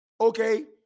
Okay